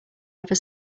ever